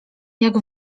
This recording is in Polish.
jak